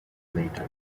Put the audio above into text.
later